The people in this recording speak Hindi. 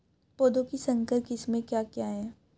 पौधों की संकर किस्में क्या क्या हैं?